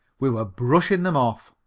we were brushing them off.